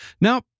Now